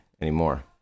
anymore